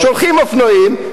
שולחים אופנועים,